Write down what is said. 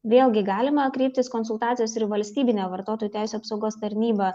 vėlgi galima kreiptis konsultacijos ir į valstybinę vartotojų teisių apsaugos tarnybą